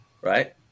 Right